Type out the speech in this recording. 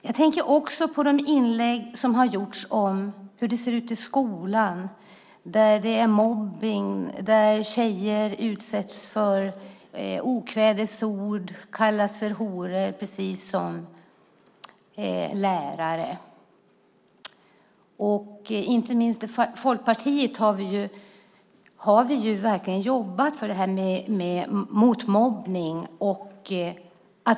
Jag tänker också på inläggen om hur det ser ut i skolan där det förekommer mobbning och där tjejer utsätts för okvädingsord - precis som lärarna kallas tjejerna för horor. Inte minst vi i Folkpartiet har verkligen jobbat mot mobbning.